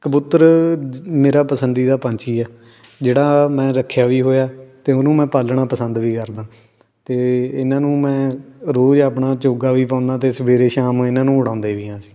ਕਬੂਤਰ ਜ ਮੇਰਾ ਪਸੰਦੀਦਾ ਪੰਛੀ ਹੈ ਜਿਹੜਾ ਮੈਂ ਰੱਖਿਆ ਵੀ ਹੋਇਆ ਅਤੇ ਉਹਨੂੰ ਮੈਂ ਪਾਲਣਾ ਪਸੰਦ ਵੀ ਕਰਦਾ ਅਤੇ ਇਹਨਾਂ ਨੂੰ ਮੈਂ ਰੋਜ਼ ਆਪਣਾ ਚੋਗਾ ਵੀ ਪਾਉਂਦਾ ਅਤੇ ਸਵੇਰੇ ਸ਼ਾਮ ਇਹਨਾਂ ਨੂੰ ਉਡਾਉਂਦੇ ਵੀ ਹਾਂ ਅਸੀਂ